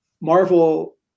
Marvel